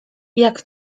jak